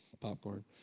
popcorn